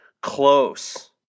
close